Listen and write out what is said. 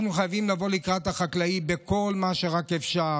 אנחנו חייבים לבוא לקראת החקלאי בכל מה שרק אפשר,